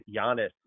Giannis